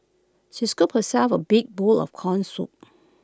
she scooped herself A big bowl of Corn Soup